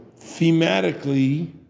Thematically